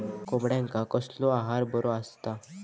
कोंबड्यांका कसलो आहार बरो असता?